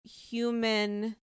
human